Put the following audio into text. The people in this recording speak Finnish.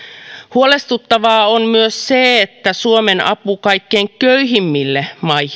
huolestuttavaa on myös se että suomen kaikkein köyhimmille